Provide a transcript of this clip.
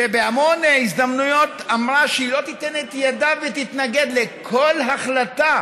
שבהמון הזדמנויות אמרה שהיא לא תיתן את ידה ותתנגד לכל החלטה